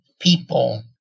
people